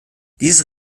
dieses